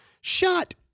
Shut